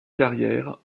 carrières